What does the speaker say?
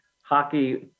Hockey